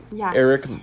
Eric